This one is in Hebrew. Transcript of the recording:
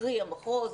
קרי המחוז,